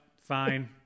fine